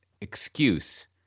excuse